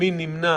מי נמנע